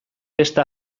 beste